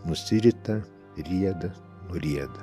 nusirita rieda nurieda